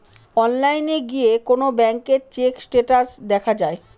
অনলাইনে গিয়ে কোন ব্যাঙ্কের চেক স্টেটাস দেখা যায়